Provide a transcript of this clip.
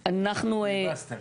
הובסתם.